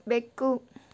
ಬೆಕ್ಕು